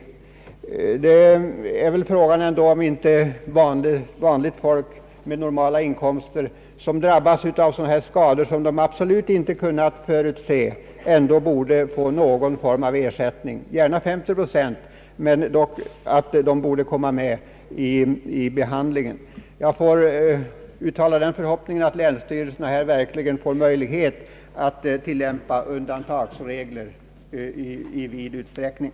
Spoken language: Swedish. Frågan är väl ändå om inte vanligt folk med normala inkomster och som drabbas av sådana här skador, som de absolut inte kunnat förutse, borde få någon form av ersättning — gärna 50 procent, men de borde i alla fall komma med vid behandlingen av ersättningsfrågan. Jag uttalar den förhoppningen att länsstyrelserna verkligen får möjlighet att tillämpa undantagsregler i vid utsträckning.